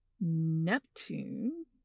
Neptune